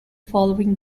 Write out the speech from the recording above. following